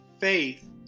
faith